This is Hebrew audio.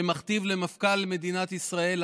שמכתיב למפכ"ל מדינת ישראל,